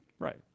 Right